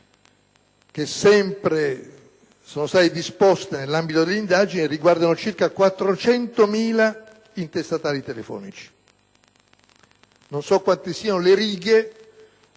che sono state disposte nell'ambito dell'indagine riguardano circa 400.000 intestatari telefonici. Non so quante siano le righe,